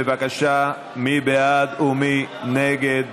בבקשה, מי בעד ומי נגד?